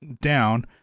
down